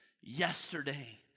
yesterday